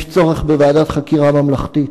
יש צורך בוועדת חקירה ממלכתית.